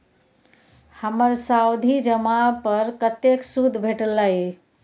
हमर सावधि जमा पर कतेक सूद भेटलै?